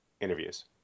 interviews